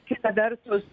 kita vertus